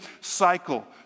cycle